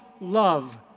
love